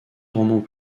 romans